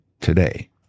today